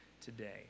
today